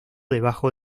debajo